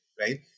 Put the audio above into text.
right